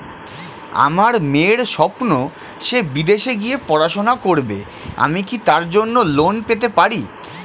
আমার মেয়ের স্বপ্ন সে বিদেশে গিয়ে পড়াশোনা করবে আমি কি তার জন্য লোন পেতে পারি?